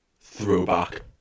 throwback